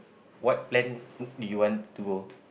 what plan you want to go